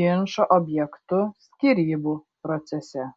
ginčo objektu skyrybų procese